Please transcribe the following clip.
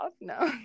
No